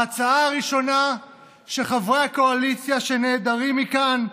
ההצעה הראשונה של חברי הקואליציה, שנעדרים מכאן,